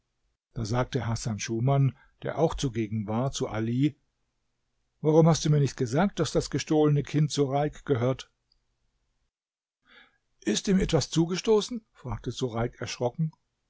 da sagte hasan schuman der auch zugegen war zu ali warum hast du mir nicht gesagt daß das gestohlene kind sureik gehört ist ihm was zugestoßen fragte sureik erschrocken